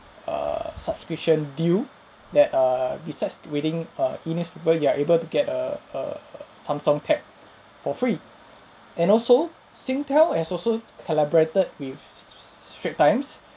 err subscription deal that err besides reading err e-newspaper you are able to get a err samsung tab for free and also singtel has also collaborated with straits times